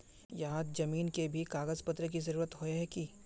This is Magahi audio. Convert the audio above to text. यहात जमीन के भी कागज पत्र की जरूरत होय है की?